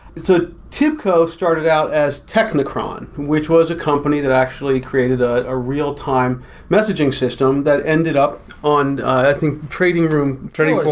ah tibco started out as technicron, which was a company that actually created ah a real-time messaging system that ended up on, i think trading room, turning falls,